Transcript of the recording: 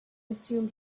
assumed